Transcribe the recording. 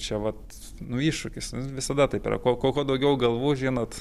čia vat nu iššūkis visada taip yra kuo kuo kuo daugiau galvų žinot